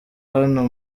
hano